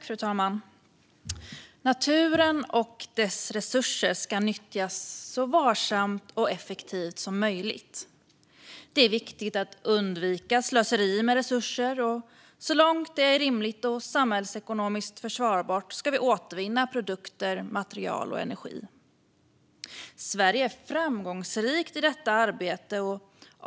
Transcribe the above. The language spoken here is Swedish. Fru talman! Naturen och dess resurser ska nyttjas så varsamt och effektivt som möjligt. Det är viktigt att undvika slöseri med resurser. Så långt det är rimligt och samhällsekonomiskt försvarbart ska vi återvinna produkter, material och energi. Sverige är framgångsrikt i detta arbete.